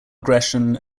aggression